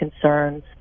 concerns